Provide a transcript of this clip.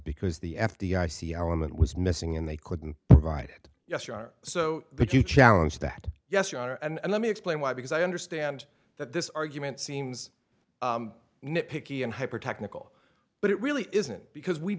because the f d i c i want was missing and they couldn't provide yes you are so good you challenge that yes you are and let me explain why because i understand that this argument seems nitpicky and hyper technical but it really isn't because we